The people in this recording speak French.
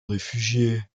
réfugiés